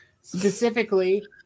Specifically